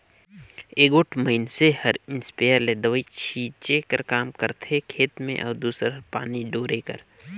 एगोट मइनसे हर इस्पेयर ले दवई छींचे कर काम करथे खेत में अउ दूसर हर पानी डोहे कर